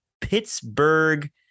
Pittsburgh